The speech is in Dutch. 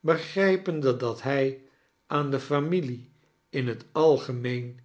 begrijpende dat hij aan de famdlie in het algemeen